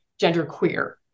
genderqueer